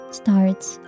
starts